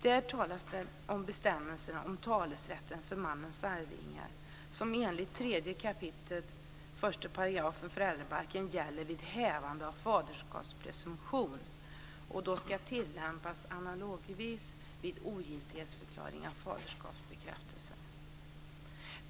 Där talas det om bestämmelserna om talerätten för mannens arvingar som enligt 3 kap. 1 § föräldrabalken gäller vid hävande av faderskapspresumtion och då ska tillämpas analogivis vid ogiltighetsförklaring av faderskapbekräftelsen.